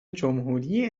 جمهوری